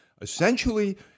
essentially